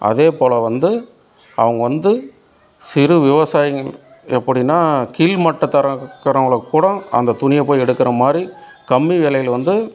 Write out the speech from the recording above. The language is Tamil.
அதே போல் வந்து அவங்க வந்து சிறு விவசாயிங்க எப்படினா கீழ்மட்டதரம் இருக்கறவங்களும் கூட அந்த துணியை போய் எடுக்குற மாரி கம்மி விலையில வந்து